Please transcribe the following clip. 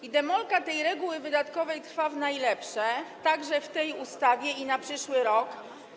I demolka tej reguły wydatkowej trwa w najlepsze, także w tej ustawie, na przyszły rok.